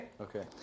Okay